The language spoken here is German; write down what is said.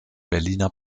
berliner